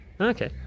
Okay